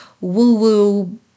woo-woo